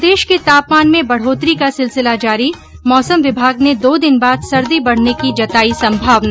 प्रदेश के तापमान में बढ़ोतरी का सिलसिला जारी मौसम विभाग ने दो दिन बाद सर्दी बढ़ने की जताई संभावना